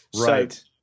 Right